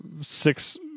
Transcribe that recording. six